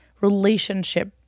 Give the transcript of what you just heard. relationship